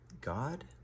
God